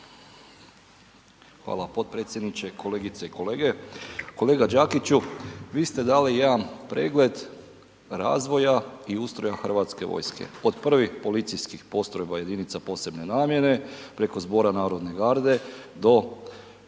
Hvala potpredsjedniče, kolegice i kolege. Kolega Đakiću, vi ste dali jedan pregled razvoja i ustroja Hrvatske vojske, od prvih policijskih postrojba jedinica posebne namjene, preko Zbora narodne garde do postrojbi Hrvatske vojske.